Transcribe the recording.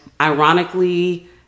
ironically